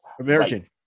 American